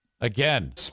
Again